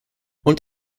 und